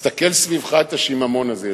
הסתכל סביבך, את השיממון הזה.